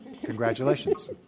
Congratulations